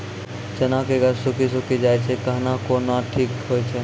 चना के गाछ सुखी सुखी जाए छै कहना को ना ठीक हो छै?